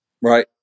right